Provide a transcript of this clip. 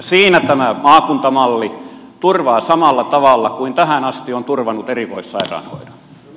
sen tämä maakuntamalli turvaa samalla tavalla kuin tähän asti on turvannut erikoissairaanhoidon